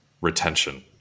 retention